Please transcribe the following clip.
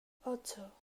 ocho